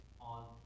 on